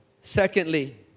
Secondly